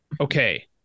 okay